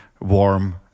warm